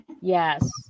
Yes